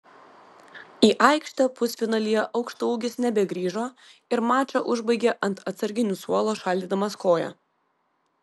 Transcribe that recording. į aikštę pusfinalyje aukštaūgis nebegrįžo ir mačą užbaigė ant atsarginių suolo šaldydamas koją